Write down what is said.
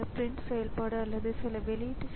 CPU 1 மற்றும் CPU 2